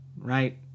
right